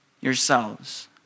yourselves